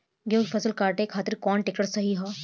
गेहूँ के फसल काटे खातिर कौन ट्रैक्टर सही ह?